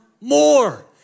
more